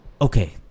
okay